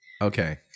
Okay